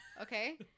Okay